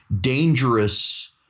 dangerous